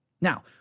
Now